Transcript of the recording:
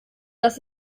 dass